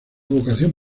vocación